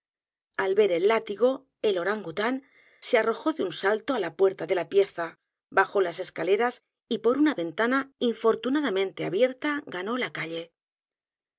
al ver el látigo el o r a n g u t á n se arrojó de un salto á la puerta de la pieza bajó las escaleras y por una ventana infortunadamente abierta ganó la calle